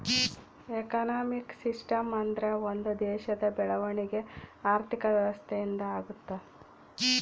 economic system ಅಂದ್ರೆ ಒಂದ್ ದೇಶದ ಬೆಳವಣಿಗೆ ಆರ್ಥಿಕ ವ್ಯವಸ್ಥೆ ಇಂದ ಆಗುತ್ತ